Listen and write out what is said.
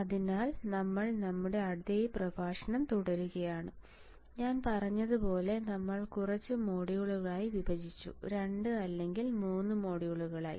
അതിനാൽ നമ്മൾ നമ്മുടെ അതേ പ്രഭാഷണം തുടരുകയാണ് ഞാൻ പറഞ്ഞതുപോലെ നമ്മൾ കുറച്ച് മൊഡ്യൂളുകളായി വിഭജിച്ചു 2 അല്ലെങ്കിൽ 3 മൊഡ്യൂളുകളായി